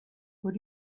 what